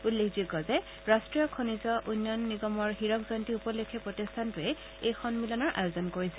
উল্লেখযোগ্য যে ৰাষ্ট্ৰীয় খনিজ উন্নয়ণ নিগমৰ হীৰক জয়ন্তী উপলক্ষে প্ৰতিষ্ঠানটোৱে এই সম্মিলনৰ আয়োজন কৰিছে